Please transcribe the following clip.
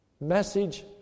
message